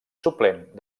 suplent